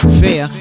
fair